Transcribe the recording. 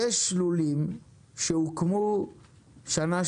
יש לולים שהוקמו שנה,